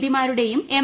പിമാരുടെയും M